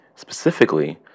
Specifically